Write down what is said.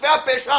גופי הפשע,